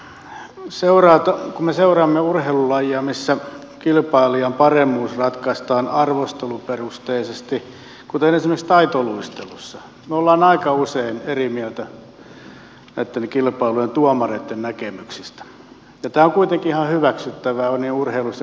kun me seuraamme urheilulajia missä kilpailijoiden paremmuus ratkaistaan arvosteluperusteisesti kuten esimerkiksi taitoluistelua me olemme aika usein eri mieltä näitten kilpailujen tuomareitten näkemyksistä ja tämä on kuitenkin ihan hyväksyttävää niin urheilussa kuin viihteessäkin